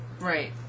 Right